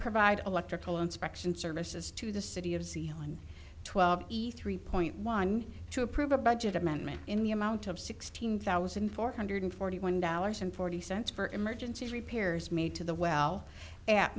provide electrical inspection services to the city of seal on twelve eat three point one to approve a budget amendment in the amount of sixteen thousand four hundred forty one dollars and forty cents for emergency repairs made to the well at